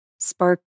spark